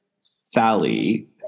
Sally